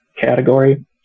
category